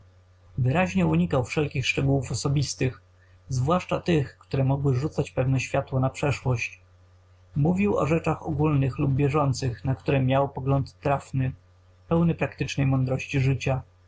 wyraźnie unikał wszelkich szczegółów osobistych zwłaszcza tych które mogły rzucać pewne światło na przeszłość mówił o rzeczach ogólnych lub bieżących na które miał pogląd trafny pełny praktycznej mądrości życia